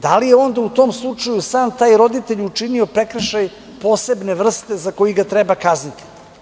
Da li je onda u tom slučaju sam taj roditelj učinio prekršaj posebne vrste za koji ga treba kazniti?